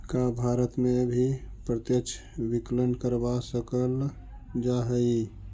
का भारत में भी प्रत्यक्ष विकलन करवा सकल जा हई?